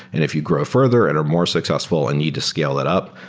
and if you grow further and are more successful and need to scale it up,